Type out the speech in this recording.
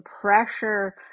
pressure